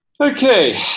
Okay